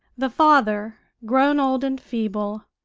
the father, grown old and feeble,